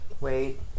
wait